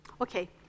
Okay